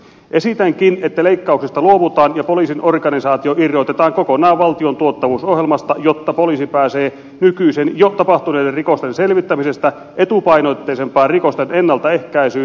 esitänkin että leikkauksista luovutaan ja poliisin organisaatio irrotetaan kokonaan valtion tuottavuusohjelmasta jotta poliisi pääsee nykyisten jo tapahtuneiden rikosten selvittämisestä etupainotteisempaan rikosten ennaltaehkäisyyn